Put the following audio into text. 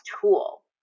tool